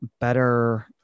Better